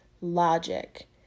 logic